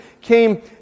came